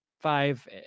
five